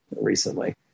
recently